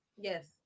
Yes